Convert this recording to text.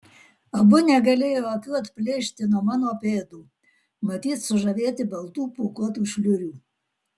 abu negalėjo akių atplėšti nuo mano pėdų matyt sužavėti baltų pūkuotų šliurių